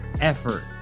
effort